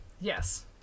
yes